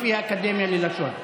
לפי האקדמיה ללשון.